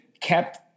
kept –